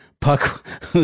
Puck